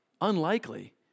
Unlikely